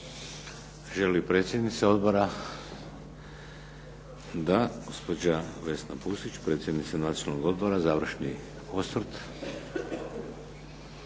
li predsjednica Odbora? Da. Gospođa Vesna Pusić, predsjednica Nacionalnog odbora, završni osvrt.